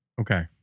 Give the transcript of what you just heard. Okay